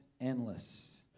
endless